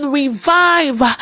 revive